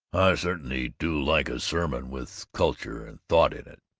i certainly do like a sermon with culture and thought in it,